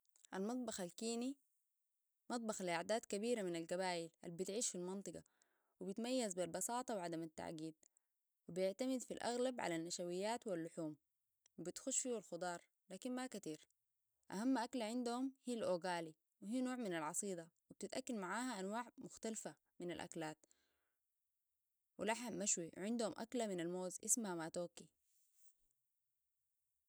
المطبخ الكيني مطبخ لأعداد كبيرة من القبائل البتعيش في المنطقة وبتميز بالبساطة وعدم التعقيد وبيعتمد في الأغلب على النشويات واللحوم بتخش فيهو الخضروات لكن ما كتير أهم أكل عندهم هي الأوغالي وهي نوع من العصيدة وبتتأكل معاها أنواع مختلفة من الأكلات ولحم مشوي عندهم أكلة من الموز اسمها ماتوكي